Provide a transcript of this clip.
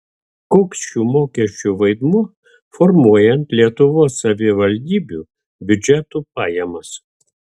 koks šių mokesčių vaidmuo formuojant lietuvos savivaldybių biudžetų pajamas